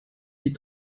die